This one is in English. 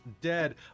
dead